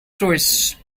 choice